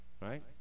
Right